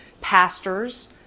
pastors